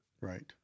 right